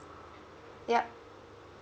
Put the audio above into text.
yup